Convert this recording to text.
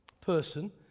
Person